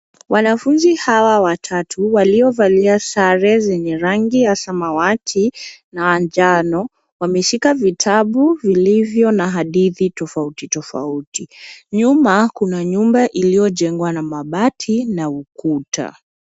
Wanafunzi hawa watatu waliovalia sare zenye rangi ya samawati na njano wameshika vitabu vilivyo na hadithi tofauti tofauti. Nyuma kuna nyumba iliyojengwa na mabati na ukuta.